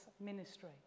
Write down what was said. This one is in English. ministry